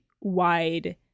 wide